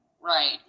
Right